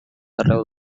arreu